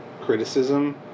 criticism